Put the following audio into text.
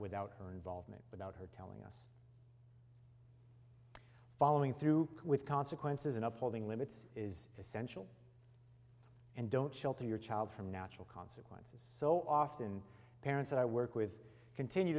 without her involvement without her telling us following through with consequences and upholding limits is essential and don't shelter your child from natural consequences so often parents that i work with continue